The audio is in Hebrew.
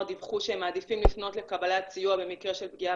דיווחו שהם מעדיפים לפנות לקבלת סיוע במקרה של פגיעה